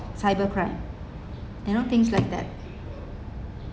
cyber crime you know things like that